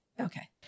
okay